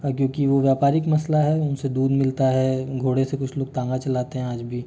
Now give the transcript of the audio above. क्योंकि वो व्यापारिक मसला है उनसे दूध मिलता है घोड़े से कुछ लोग तांगा चलाते है आज भी